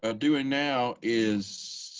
ah doing now is